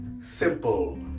Simple